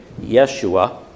Yeshua